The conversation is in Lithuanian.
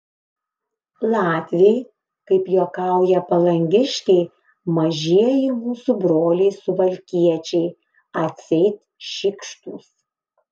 latviai kaip juokauja palangiškiai mažieji mūsų broliai suvalkiečiai atseit šykštūs